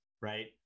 right